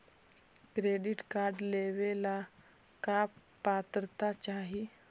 Credit card लेवेला का पात्रता चाही?